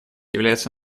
является